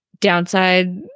Downside